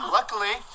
Luckily